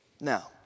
Now